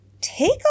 Take